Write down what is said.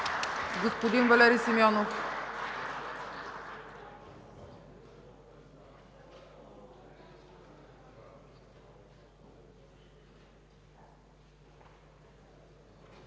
Господин Валери Симеонов.